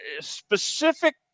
specific